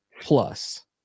plus